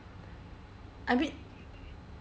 I mean